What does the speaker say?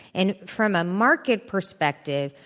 and from a market perspective,